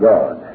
God